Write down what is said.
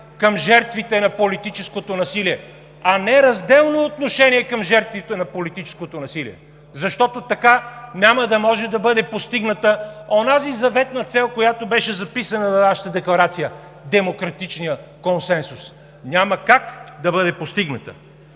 към жертвите на политическото насилие, а не разделно отношение към жертвите на политическото насилие. Защото така няма да може да бъде постигната онази заветна цел, която беше записана в нашата декларация – демократичният консенсус. Няма как да бъде постигната!